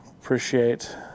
Appreciate